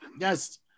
yes